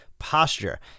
posture